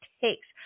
takes